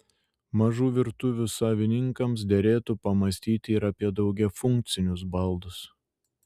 mažų virtuvių savininkams derėtų pamąstyti ir apie daugiafunkcius baldus